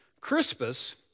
Crispus